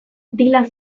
dylan